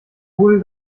hol